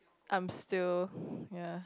I am still ya